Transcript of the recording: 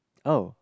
oh